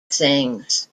sings